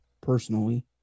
personally